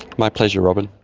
my pleasure robyn.